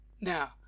Now